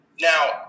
now